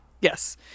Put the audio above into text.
Yes